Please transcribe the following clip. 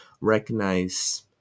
recognize